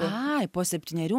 ai po septynerių